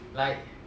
like